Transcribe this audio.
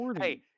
Hey